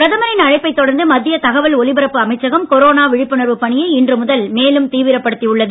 பிரதமரின் அழைப்பைத் தொடர்ந்து மத்திய தகவல் ஒலிபரப்பு அமைச்சகம் கொரோனா விழிப்புணர்வு பணியை இன்று முதல் மேலும் தீவிரப்படுத்தி உள்ளது